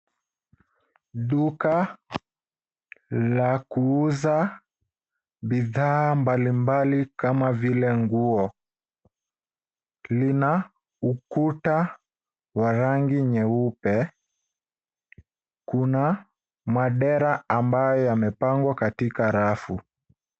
Duka la kuuza bidhaa mbalimbali kama vile nguo. Lina ukuta wa rangi nyeupe. Kuna madera ambayo yamepangwa katika rafu.